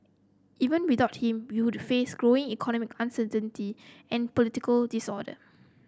even without him we would face growing economic uncertainty and political disorder